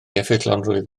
effeithiolrwydd